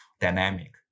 dynamic